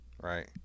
Right